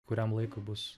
kuriam laikui bus